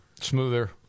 Smoother